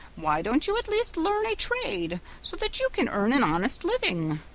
why don't you at least learn a trade, so that you can earn an honest living?